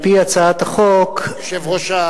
על-פי הצעת החוק, יושב-ראש,